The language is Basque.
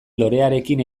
lorearekin